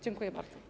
Dziękuję bardzo.